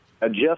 adjust